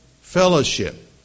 fellowship